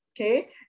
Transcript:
okay